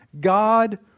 God